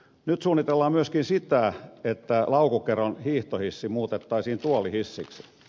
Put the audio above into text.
nyt suunnitellaan myöskin sitä että laukokeron hiihtohissi muutettaisiin tuolihissiksi